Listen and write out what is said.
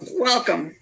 welcome